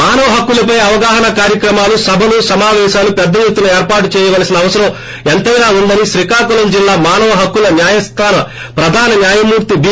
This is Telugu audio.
మానవ హక్కులపై అవగాహన కార్యక్రమాలు సభలు సమావేశాలు పెద్ద ఎత్తున ఏర్పాటు చేయవలసిన అవసరం ఎంతైనా ఉందని శ్రీకాకుళం జిల్లా మానవ హక్కుల న్యాయస్థాన ప్రధాన న్యాయమూర్తి బి